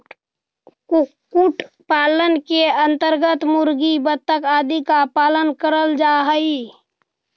कुक्कुट पालन के अन्तर्गत मुर्गी, बतख आदि का पालन करल जा हई